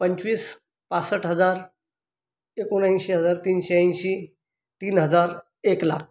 पंचवीस पासष्ट हजार एकोणऐंशी हजार तीनशे ऐंशी तीन हजार एक लाख